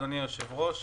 אדוני היושב-ראש,